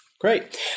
Great